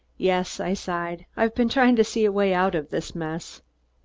yes, i sighed, i've been trying to see a way out of this mess.